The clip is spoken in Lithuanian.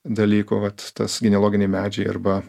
dalykų vat tas genealoginiai medžiai arba